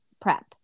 prep